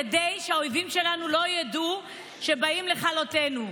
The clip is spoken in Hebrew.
כדי שהאויבים שלנו ידעו שלא באים לכלותנו.